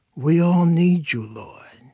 we all need you, lord,